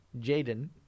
Jaden